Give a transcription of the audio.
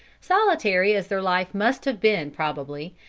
solitary as their life must have been probably,